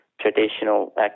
traditional